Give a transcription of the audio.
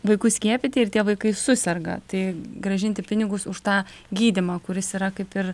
vaikus skiepyti ir tie vaikai suserga tai grąžinti pinigus už tą gydymą kuris yra kaip ir